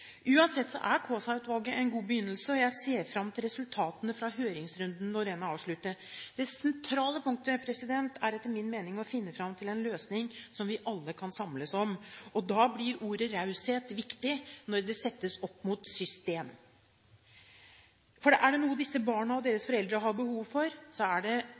Uansett er Kaasa-utvalget en god begynnelse, og jeg ser fram til resultatene fra høringsrunden når den er avsluttet. Det sentrale punktet er etter min mening å finne fram til en løsning som vi alle kan samles om, og da blir ordet «raushet» viktig når det settes opp mot system. For er det noe disse barna og deres foreldre har behov for, er det